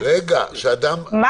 זה עושה סדר.